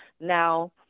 now